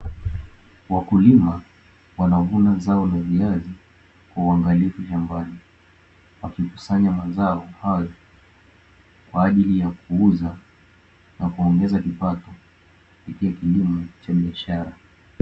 Wakulima wanavuna zao la viazi kwa uangalifu shambani, wakikusanya mazao hayo kwa ajili ya kuuza na kuongeza kipato kupitia kilimo cha biashara.